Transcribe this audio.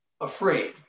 afraid